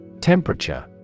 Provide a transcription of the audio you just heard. Temperature